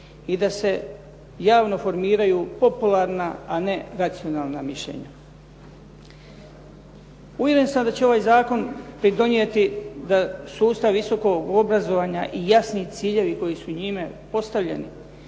i da se javno formiraju popularna a ne racionalna mišljenja. Uvjeren sam da će ovaj zakon pridonijeti da sustav visokog obrazovanja i jasni ciljevi koji su njime postavljeni,